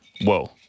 whoa